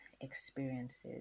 experiences